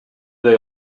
they